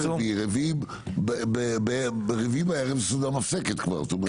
רביעי בערב זו כבר סעודה מפסקת.